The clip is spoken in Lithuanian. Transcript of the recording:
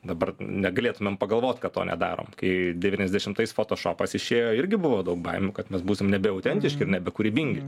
dabar negalėtumėm pagalvot kad to nedarom kai devyniasdešimtais fotošopas išėjo irgi buvo daug baimių kad mes būsim nebeautentiški ir nebe kūrybingi